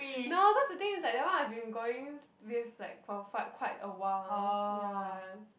no cause the thing is like that one I've been going with like for fa~ quite a while ah ya